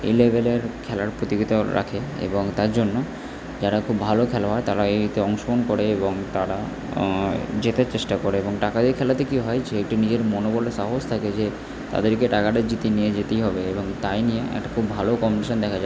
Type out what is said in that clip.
এই লেভেলের খেলার প্রতিযোগিতা রাখে এবং তার জন্য যারা খুব ভালো খেলোয়ার তারা এতে অংশগ্রহণ করে এবং তারা জেতার চেষ্টা করে এবং টাকা দিয়ে খেলাতে কী হয় যে একটি নিজের মনোবলে সাহস থাকে যে তাদেরকে টাকাটা জিতিয়ে নিয়ে যেতেই হবে এবং তাই নিয়ে একটা খুব ভালো কমিশন দেখা যায়